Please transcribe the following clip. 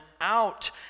out